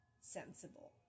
sensible